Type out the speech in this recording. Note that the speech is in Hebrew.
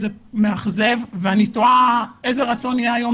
זה מאכזב ואני תוהה איזה רצון יהיה היום